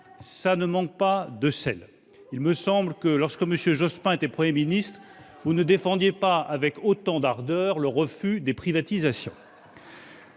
de sel. Madame Lienemann, il me semble que, lorsque M. Jospin était Premier ministre, vous ne défendiez pas avec autant d'ardeur le refus des privatisations